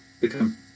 become